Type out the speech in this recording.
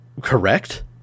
correct